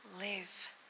live